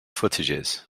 footages